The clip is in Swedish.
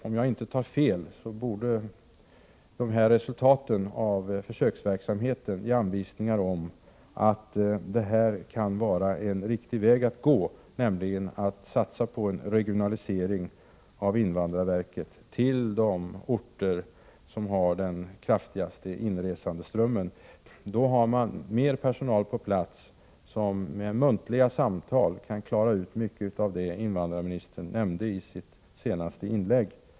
Om jag inte tar fel borde resultaten av försöksverksamheten ge anvisningar om att detta kan vara en riktig väg att gå; att satsa på en regionalisering av invandrarverket till de orter som har den kraftigaste inresandeströmmen. Då har man mer personal på plats som med samtal kan klara ut mycket av det som invandrarministern nämnde i sitt senaste inlägg.